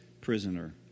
prisoner